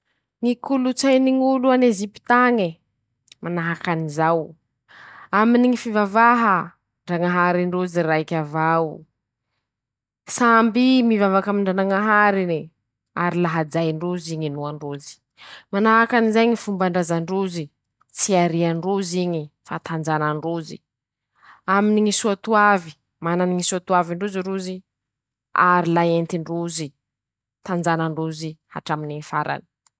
Ñy kolotsainy ñ'olo a ezipita añe <ptoa>,manahaky anizao: -Aminy ñy fivavaha ,ndrañaharin-drozy raiky avao ,samby i mivavaky aminy ñy ndranañaharine ,ary la hajain-drozy ñ'inoan-drozy ;manahaky anizay ñy fombandrazan-drozy ,tsy arian-drozy iñy fa tanjanan-drozy ;aminy ñy soa-toavy ,manany ñy soa-toavin-drozy rozy ary la entin-drozy ,tanjanan-drozy hatraminy ñy farany.